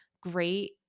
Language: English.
great